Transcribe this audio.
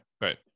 right